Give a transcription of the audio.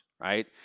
right